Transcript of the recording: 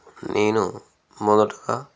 నేను మొదటగా